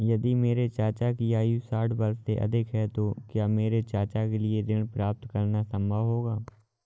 यदि मेरे चाचा की आयु साठ वर्ष से अधिक है तो क्या मेरे चाचा के लिए ऋण प्राप्त करना संभव होगा?